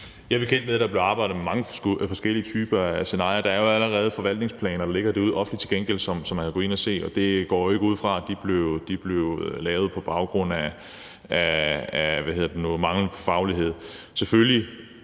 Jeg er bekendt med, at der bliver arbejdet med mange forskellige typer scenarier. Der er allerede forvaltningsplaner, der ligger offentligt tilgængelige derude, som man kan gå ind og se, og jeg går ikke ud fra, at de er blevet lavet på baggrund af mangel på faglighed.